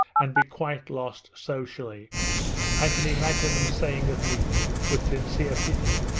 and be quite lost socially i can imagine them saying of me with sincere pity!